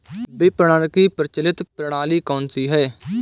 विपणन की प्रचलित प्रणाली कौनसी है?